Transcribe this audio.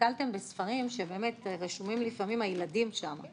נתקלתם בספרים שרשומים הילדים שם?